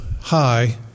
high